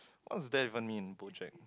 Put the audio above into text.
what's that even mean Bojack